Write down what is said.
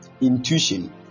Intuition